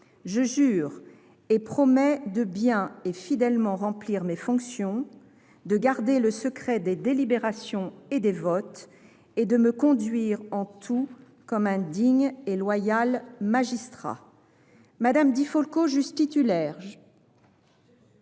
Je jure et promets de bien et fidèlement remplir mes fonctions, de garder le secret des délibérations et des votes, et de me conduire en tout comme un digne et loyal magistrat. » Acte est donné par